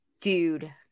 dude